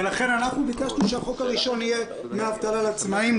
לכן אנחנו ביקשנו שהחוק הראשון יהיה דמי אבטלה לעצמאים.